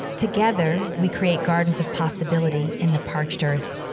together we create gardens of possibility in the parched earth.